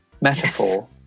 metaphor